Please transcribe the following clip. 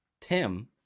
Tim